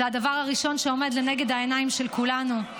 זה הדבר הראשון שעומד לנגד העיניים של כולנו.